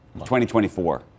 2024